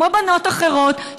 כמו בנות אחרות,